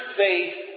faith